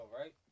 right